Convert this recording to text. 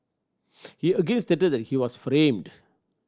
he again stated that he was framed